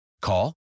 Call